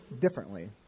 differently